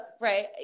right